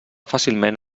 fàcilment